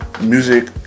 music